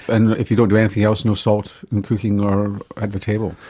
and if you don't do anything else, no salt in cooking or at the table.